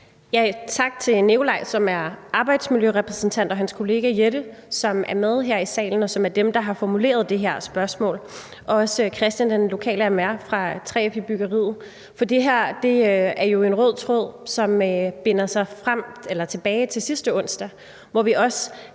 Tak til Nikolaj, som er arbejdsmiljørepræsentant, og hans kollega Jette, som er med her i salen, og som er dem, der har formuleret det her spørgsmål, og også til Kristian, den lokale MR fra 3F i byggeriet. Der er jo en rød tråd i det her, som går tilbage til sidste onsdag, hvor vi også